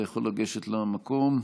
אתה יכול לגשת למקום.